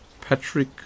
Patrick